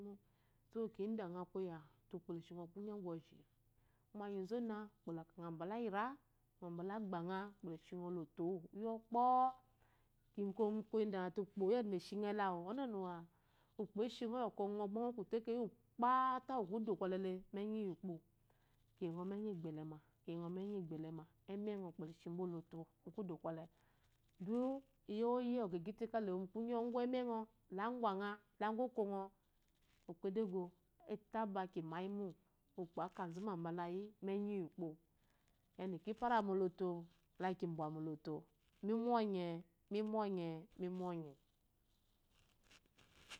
So indangha koya ukpo le shingɔ kunyɔ mgwu woji, umanyizu onah ukpo la kame mbula zyira, omogbanga ukpo le shi ngɔ oloto uwu ɔkpɔo. Miyi koya idama ukpo yada beshi de awu ukpo eshi yi yokɔ ngɔ ba ngɔ ku utekeyi kpata uwu kudu kwɔle le mu enyi ukpo. Kiyi ngɔ mu enyi gbɛlɛ ma, enengɔ ukpo le shi wu oloto mu kudu kwɔle, iyo woyi uwo kwɔ agyate ka ele wo mu kunyɔ la ugwu enengs la ugwu adangɔ, la ugwangha la ugu okongɔ, ukpo edege ki taba ki mayi mo, ukpo akazu bala yi mu enyi ukpo. Yada ki para moloto la ki bwa moloto. Mi mɔnye, mimɔnye, mimɔnye.